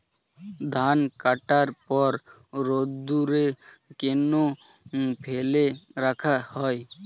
ধান কাটার পর রোদ্দুরে কেন ফেলে রাখা হয়?